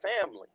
family